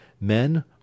men